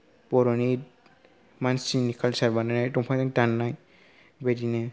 बर'नि मानसिनि कालसार बानायनाय दंफांनि दाननाय बेबायदिनो